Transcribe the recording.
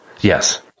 yes